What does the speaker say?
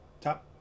top